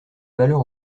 valeur